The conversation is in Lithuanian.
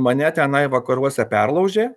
mane tenai vakaruose perlaužė